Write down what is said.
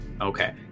Okay